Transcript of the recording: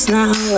now